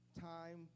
time